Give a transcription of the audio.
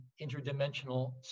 interdimensional